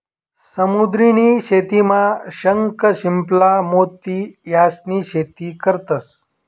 समुद्र नी शेतीमा शंख, शिंपला, मोती यास्नी शेती करतंस